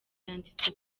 yanditse